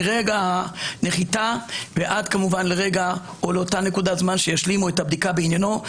מרגע הנחיתה ועד לאותה נקודת זמן בה ישלימו את הבדיקה בעניינו.